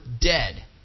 dead